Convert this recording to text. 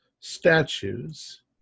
statues